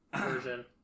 version